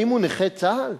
האם הוא נכה צה"ל?